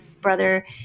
brother